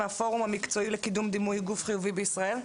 מהפורום המקצועי לקידום דימוי גוף חיובי בישראל,